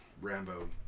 Rambo